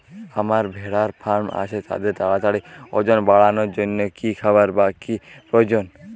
আমার ভেড়ার ফার্ম আছে তাদের তাড়াতাড়ি ওজন বাড়ানোর জন্য কী খাবার বা কী প্রয়োজন?